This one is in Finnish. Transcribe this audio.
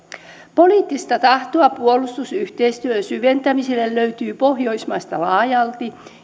poliittista tahtoa puolustusyhteistyön syventämiselle löytyy pohjoismaista laajalti